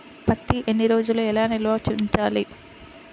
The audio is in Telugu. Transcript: పత్తి ఎన్ని రోజులు ఎలా నిల్వ ఉంచాలి?